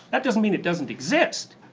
that doesn't mean it doesn't exist.